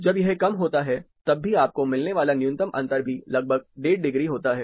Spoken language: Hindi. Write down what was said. जब यह कम होता है तब भी आपको मिलने वाला न्यूनतम अंतर भी लगभग डेढ़ डिग्री होता है